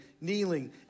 kneeling